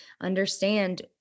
understand